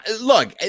Look